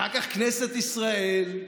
אחר כך כנסת ישראל,